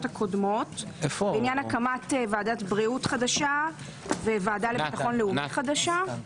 הקודמות בעניין הקמת ועדת בריאות חדשה וועדה לביטחון לאומי חדשה.